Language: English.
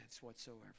whatsoever